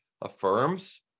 affirms